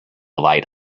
light